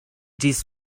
ĝis